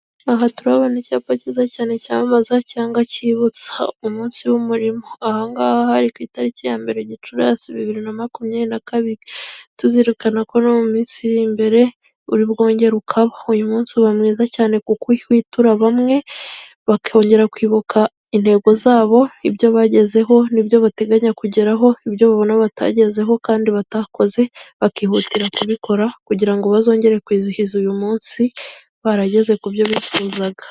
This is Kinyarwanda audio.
Aha turabona icyapa cyiza cyane cyamaza cyangwa cyibutsa, umunsi w'umurimo ahangaha hari ku itariki ya mbere Gicurasi bibiri na makumyabiri na kabiri. Tuzirikana ko no mu minsi iri imbere uri bwongere ukabaho. Uyu munsi uba mwiza cyane kuko uhwitura bamwe bakongera kwibuka intego zabo, ibyo bagezeho n'ibyo bateganya kugeraho, ibyo babona batagezeho kandi batakoze, bakihutira kubikora kugira ngo bazongere kwizihiza uyu munsi barageze ku byo bifuzaga.